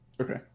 Okay